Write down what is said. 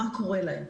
מה קורה להם?